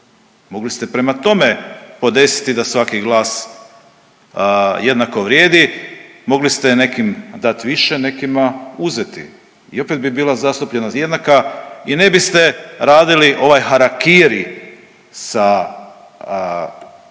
Mogli ste prema tome podesiti da svaki glas jednako vrijedi, mogli ste nekim dat više, nekima uzeti i opet bi bila zastupljenost jednaka i ne biste radili ovaj harakiri sa